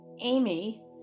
Amy